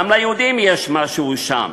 גם ליהודים יש משהו שם,